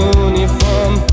uniform